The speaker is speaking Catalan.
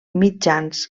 mitjans